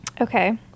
Okay